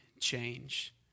change